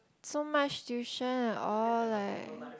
so much tuition all like